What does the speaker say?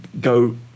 go